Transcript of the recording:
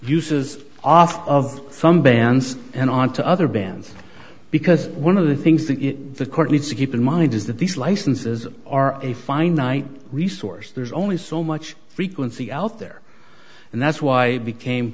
uses off of from bands and on to other bands because one of the things that the court needs to keep in mind is that these licenses are a finite resource there's only so much frequency out there and that's why i became